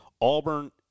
Auburn